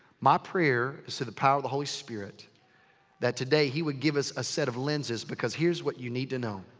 my prayer is through the power of the holy spirit that today he would give us a set of lenses. because here's what you need to know.